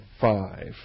five